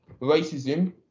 racism